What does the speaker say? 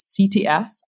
ctf